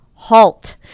Halt